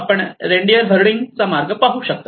आपण reindeer herding चा मार्ग पाहू शकता